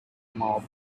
mob